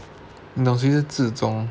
你懂谁是 zi zong